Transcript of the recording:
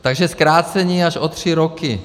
Takže zkrácení až o tři roky.